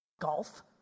golf